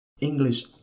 English